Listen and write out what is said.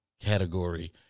category